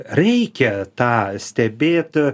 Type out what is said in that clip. reikia tą stebėt